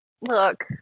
Look